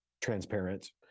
transparent